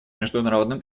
международным